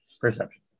Perception